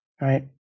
Right